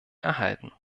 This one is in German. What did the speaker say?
erhalten